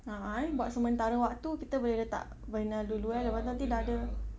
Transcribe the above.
(uh huh) buat sementara waktu kita boleh letak vinyl dulu kan lepas itu nanti dah ada